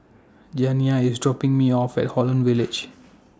Janiah IS dropping Me off At Holland Village